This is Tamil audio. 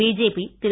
பிஜேபி திரு